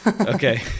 Okay